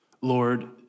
Lord